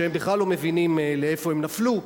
שהם בכלל לא מבינים לאיפה הם נפלו,